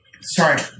Sorry